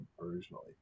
originally